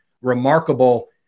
remarkable